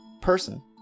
person